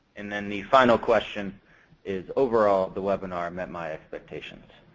and then the final question is overall, the webinar met my expectations?